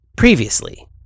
Previously